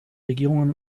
regierungen